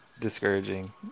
discouraging